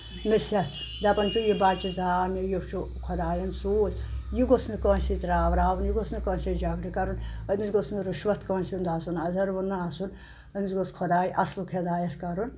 نٔصیت دَپَان چھُ یہِ بَچہِ زاو مےٚ یہِ چھُ خۄدایَن سوٗز یہِ گوٚژھ نہٕ کٲنٛسہِ راوروُن یہِ گوٚژھ نہٕ کٲنٛسہِ سۭتۍ جگڑٕ کَرُن أمِس گوٚژھ نہٕ رُشوَتھ کٲنٛسہِ ہُنٛد آسُن اَزَروُن آسُن أمِس گوٚژھ خۄداے اَصلُک حدایَتھ کَرُن